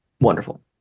wonderful